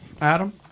Adam